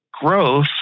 growth